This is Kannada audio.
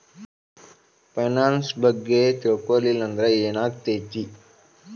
ಫೈನಾನ್ಸ್ ಬಗ್ಗೆ ತಿಳ್ಕೊಳಿಲ್ಲಂದ್ರ ಏನಾಗ್ತೆತಿ?